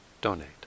donate